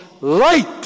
light